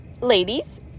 ladies